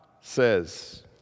says